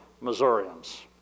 Missourians